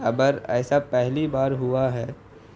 اگر ایسا پہلی بار ہوا ہے